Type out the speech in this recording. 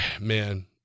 Man